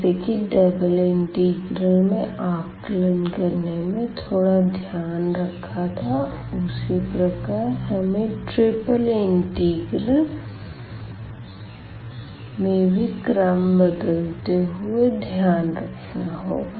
जैसे कि double integral में आकलन करने में थोड़ा ध्यान रखा था उसी प्रकार हमें ट्रिपल इंटीग्रेशन में भी क्रम बदलते हुए ध्यान रखना होगा